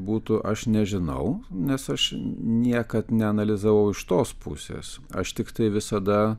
būtų aš nežinau nes aš niekad neanalizavau iš tos pusės aš tiktai visada